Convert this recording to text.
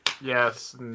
Yes